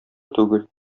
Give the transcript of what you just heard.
түгел